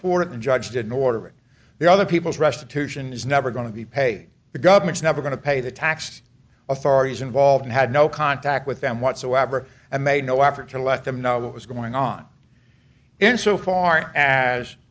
afford it and judge didn't order it the other people's restitution is never going to be paid the government's never going to pay the tax authorities involved had no contact with them whatsoever and made no effort to let them know what was going on in so far as